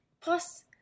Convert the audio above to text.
Plus